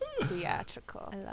theatrical